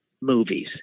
movies